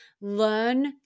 learn